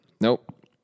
Nope